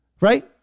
Right